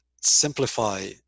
simplify